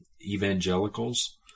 evangelicals